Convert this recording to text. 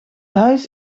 huis